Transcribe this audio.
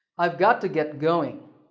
i've got to get going.